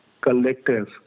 collective